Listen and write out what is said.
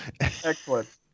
Excellent